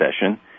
session